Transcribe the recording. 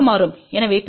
எனவே பிறகு I1 I2 D